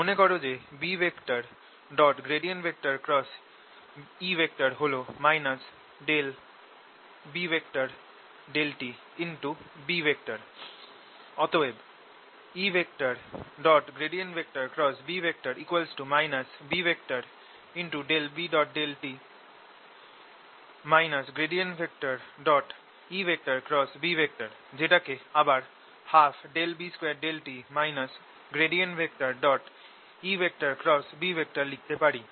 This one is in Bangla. মনে কর যে BE হল B B∂t অতএব EB B B∂t EB যেটাকে আবার 12∂tB2 EB লিখতে পারি